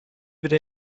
bir